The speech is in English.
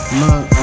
look